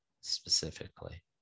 specifically